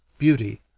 beauty,